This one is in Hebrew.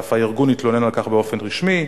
ואף הארגון התלונן על כך באופן רשמי,